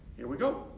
here we go.